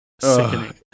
sickening